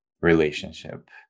relationship